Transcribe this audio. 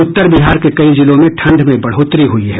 उत्तर बिहार के कई जिलों में ठंड में बढ़ोतरी हुई है